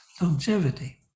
longevity